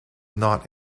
not